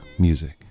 music